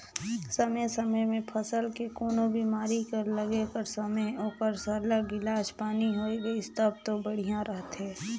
समे समे में फसल के कोनो बेमारी कर लगे कर समे ओकर सरलग इलाज पानी होए गइस तब दो बड़िहा रहथे